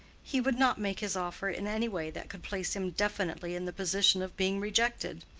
he would not make his offer in any way that could place him definitely in the position of being rejected.